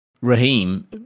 Raheem